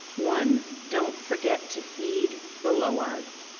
one, don't forget to feed the loas.